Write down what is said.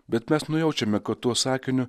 bet mes nujaučiame kad tuo sakiniu